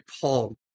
Paul